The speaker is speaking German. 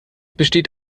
besteht